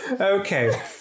Okay